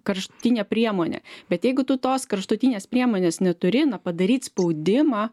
kraštutinė priemonė bet jeigu tu tos kraštutinės priemonės neturi na padaryt spaudimą